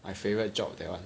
my favourite job that one